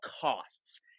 costs